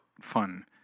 fun